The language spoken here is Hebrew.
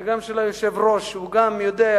שם ושל היושב-ראש, שהוא גם יודע,